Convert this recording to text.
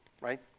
right